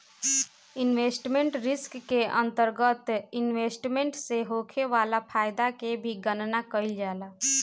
investment risk के अंतरगत investment से होखे वाला फायदा के भी गनना कईल जाला